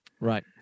Right